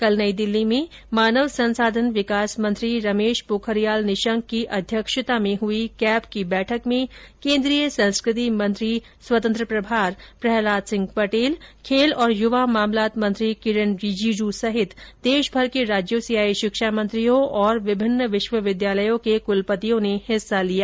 कल नई दिल्ली में मानव संसाधन विकास मंत्री रमेश पोखरियाल निशंक की अध्यक्षता में हुई कैब की बैठक में केंद्रीय संस्कृति मंत्री स्वतंत्र प्रभार प्रहलाद सिंह पटेल खेल और युवा मामलात मंत्री किरेन रिजिजू सहित देश भर के राज्यों से आए शिक्षा मंत्रियों और विभिन्न विश्वविद्यालयों के कुलपतियों ने हिस्सा लिया